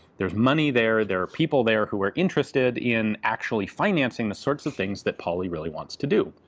there's money there, there are people there who are interested in actually financing the sorts of things that pauly really wants to do.